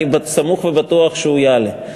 אני סמוך ובטוח שהוא יעלה.